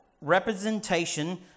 representation